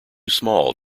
small